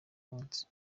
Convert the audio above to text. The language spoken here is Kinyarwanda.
munsi